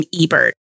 Ebert